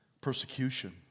Persecution